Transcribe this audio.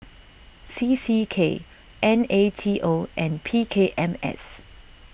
C C K N A T O and P K M S